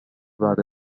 بعد